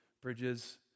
bridges